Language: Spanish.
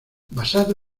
basado